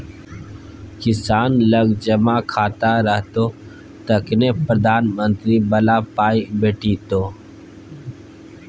किसान लग जमा खाता रहतौ तखने प्रधानमंत्री बला पाय भेटितो